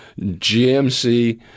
GMC